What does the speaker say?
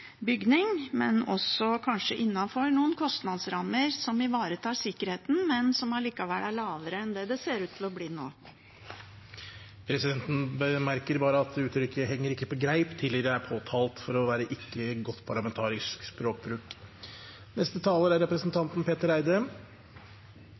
kostnadsrammer som ivaretar sikkerheten, men som allikevel er lavere enn det det ser ut til å bli nå. Presidenten bemerker at uttrykket «henger ikke på greip» tidligere er påtalt for ikke å være god parlamentarisk språkbruk.